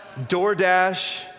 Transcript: DoorDash